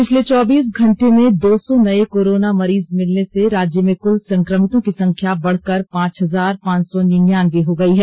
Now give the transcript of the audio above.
पिछले चौबीस घंटें में दो सौ नए कोरोना मरीज मिलने से राज्य में कुल संक्रमितों की संख्या बढ़कर पांच हजार पांच सौ निन्यानबे हो गई है